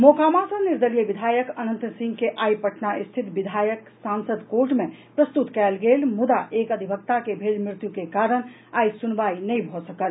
मोकामा सँ निर्दलीय विधायक अनंत सिंह के आइ पटना स्थित विधायक सांसद कोर्ट मे प्रस्तुत कयल गेल मुदा एक अधिवक्ता के भेल मृत्यु के कारण आइ सुनवाई नहि भऽ सकल